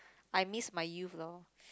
I miss my youth lor